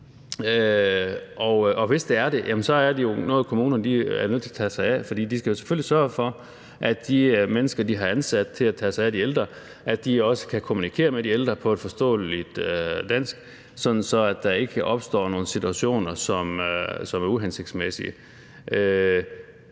er det, jamen så er det jo noget, kommunerne er nødt til at tage sig af, for de skal selvfølgelig sørge for, at de mennesker, de har ansat til at tage sig af de ældre, også kan kommunikere med de ældre på et forståeligt dansk, sådan at der ikke opstår nogen situationer, som er uhensigtsmæssige.